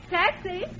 taxi